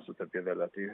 su ta pievele tai